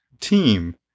team